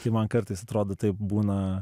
tai man kartais atrodo taip būna